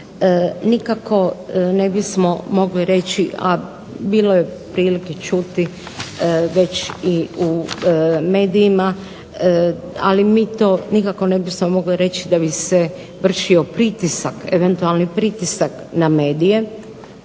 nikako ne bismo mogli reći, a bilo je prilike čuti već i u medijima, ali mi to nikako ne bismo mogli reći da bi se vršio pritisak, eventualni pritisak na medije,